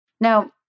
Now